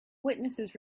witnesses